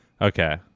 Okay